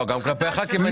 לא, גם כלפי הח"כים.